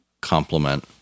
complement